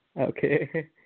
Okay